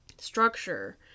structure